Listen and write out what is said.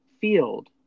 field